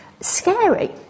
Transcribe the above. scary